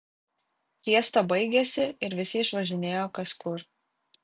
fiesta baigėsi ir visi išvažinėjo kas kur